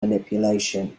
manipulation